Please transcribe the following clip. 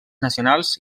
nacionals